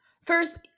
first